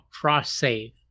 cross-save